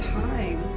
time